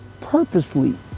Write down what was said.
purposely